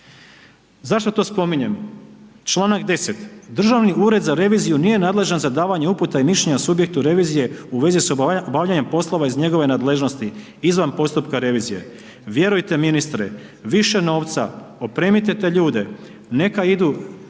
Zašto to spominjem? Članak 10., Državi ured za reviziju nije nadležan za davanje uputa i mišljenja subjektu revizije u vezi sa obavljanjem poslova iz njegove nadležnosti izvan postupka revizije. Vjerujte ministre, više novca, opremite te ljude, neka idu,